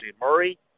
Murray